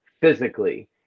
physically